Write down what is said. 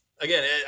Again